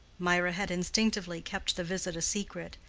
mirah had instinctively kept the visit a secret,